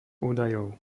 údajov